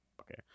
Okay